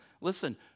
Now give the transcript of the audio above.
listen